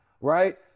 right